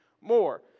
more